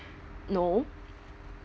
no